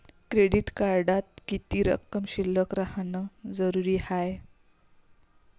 Credit कार्डात किती रक्कम शिल्लक राहानं जरुरी हाय?